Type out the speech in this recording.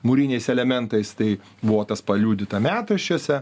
mūriniais elementais tai buvo tas paliudyta metraščiuose